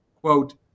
quote